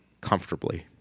comfortably